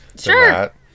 Sure